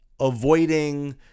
Avoiding